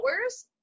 hours